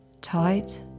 Tight